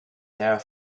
there